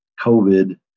COVID